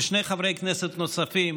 גם לשני חברי כנסת נוספים,